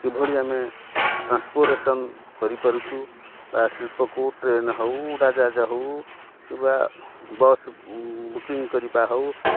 କିଭଳି ଆମେ ଟ୍ରାନ୍ସପୋର୍ଟେସନ୍ କରିପାରୁଛୁ ବା ଶିଳ୍ପକୁ ଟ୍ରେନ ହେଉ ଉଡ଼ାଜାହାଜ ହେଉ କିବା ବସ୍ ବୁକିଂ କରିବା ହଉ